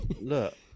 Look